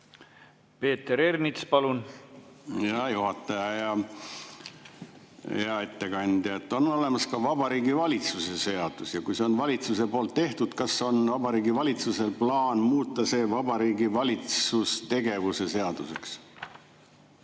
Peeter Ernits, palun! Hea juhataja! Hea ettekandja! On olemas ka Vabariigi Valitsuse seadus. Ja kui see on valitsuse tehtud, kas on Vabariigi Valitsusel plaan muuta see Vabariigi Valitsuse tegevuse seaduseks?